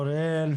אוראל.